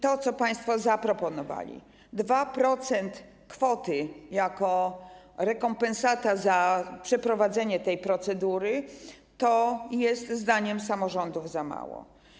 To, co państwo zaproponowali, 2% kwoty jako rekompensata za przeprowadzenie tej procedury, to jest zdaniem samorządów za mało.